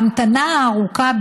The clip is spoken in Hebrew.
ההמתנה הארוכה,